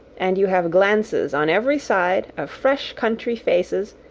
and you have glances on every side of fresh country faces,